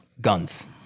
guns